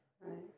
Right